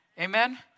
Amen